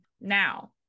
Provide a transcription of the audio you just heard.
now